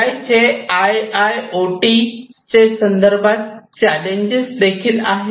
ए I चे I I O T संदर्भात challenges देखील आहेत